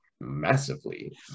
massively